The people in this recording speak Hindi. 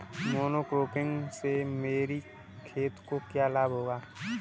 मोनोक्रॉपिंग से मेरी खेत को क्या लाभ होगा?